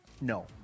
No